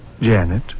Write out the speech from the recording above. Janet